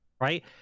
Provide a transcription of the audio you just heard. right